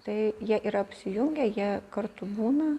tai jie yra apsijungę jie kartu būna